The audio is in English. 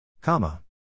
Comma